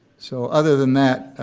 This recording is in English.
so other than that,